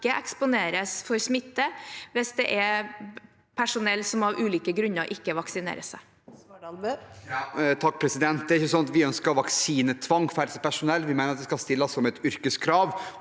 ikke eksponeres for smitte hvis det er personell som av ulike grunner ikke vaksinerer seg. Erlend Svardal Bøe (H) Det er ikke sånn at vi ønsker vaksinetvang for helsepersonell, vi mener det skal stilles som et yrkeskrav.